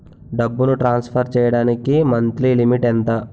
డబ్బును ట్రాన్సఫర్ చేయడానికి monthly limit ఎంత?